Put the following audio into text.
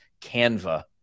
Canva